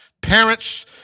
Parents